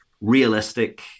realistic